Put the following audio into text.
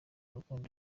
rukundo